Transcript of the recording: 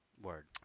Word